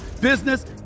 business